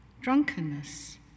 drunkenness